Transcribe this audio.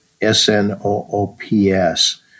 S-N-O-O-P-S